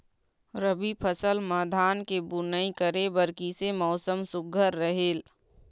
रबी फसल म धान के बुनई करे बर किसे मौसम सुघ्घर रहेल?